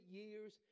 years